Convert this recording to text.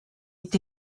est